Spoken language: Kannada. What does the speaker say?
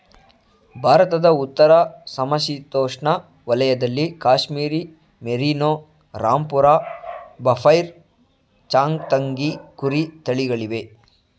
ಭಾರತದ ಉತ್ತರ ಸಮಶೀತೋಷ್ಣ ವಲಯದಲ್ಲಿ ಕಾಶ್ಮೀರಿ ಮೇರಿನೋ, ರಾಂಪುರ ಬಫೈರ್, ಚಾಂಗ್ತಂಗಿ ಕುರಿ ತಳಿಗಳಿವೆ